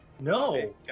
No